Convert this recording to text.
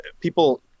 people